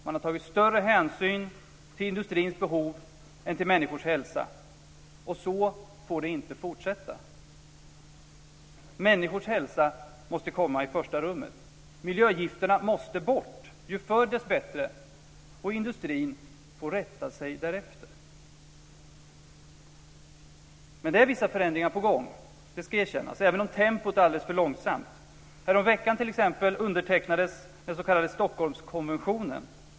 Man har tagit större hänsyn till industrins behov än till människors hälsa. Så får det inte fortsätta. Människors hälsa måste komma i första rummet. Miljögifterna måste bort, ju förr dess bättre, och industrin får rätta sig därefter. Det är vissa förändringar på gång, det ska erkännas, även om tempot är alldeles för långsamt. Häromveckan undertecknades t.ex. den s.k. Stockholmskonventionen.